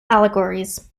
allegories